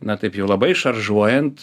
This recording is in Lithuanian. na taip jau labai šaržuojant